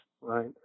Right